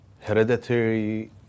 hereditary